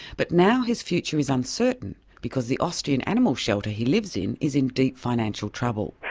but now his future is uncertain because the austrian animal shelter he lives in is in deep financial trouble.